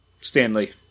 Stanley